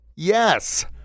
Yes